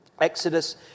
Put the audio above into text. Exodus